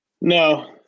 No